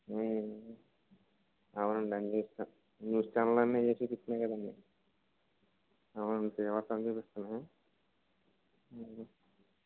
అవునండి అన్నీ న్యూస్ ఛానెళ్లన్నీ అయే చూపిస్తన్నయి కదండి అవునండి భీభత్సంగ చూపిస్తున్నాయి